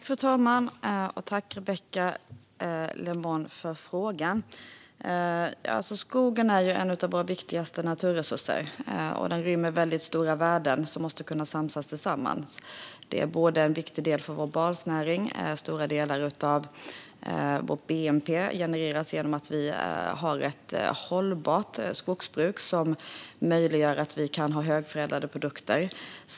Fru talman! Tack, Rebecka Le Moine, för frågan! Skogen är en av våra viktigaste naturresurser. Den rymmer väldigt stora värden som måste kunna jämkas samman. Det här är en viktig del för vår basnäring. Stora delar av vårt bnp genereras genom att vi har ett hållbart skogsbruk som möjliggör att vi kan ha högförädlade produkter.